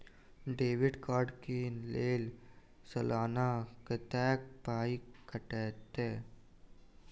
Debit card कऽ लेल सलाना कत्तेक पाई कटतै?